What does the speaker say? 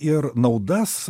ir naudas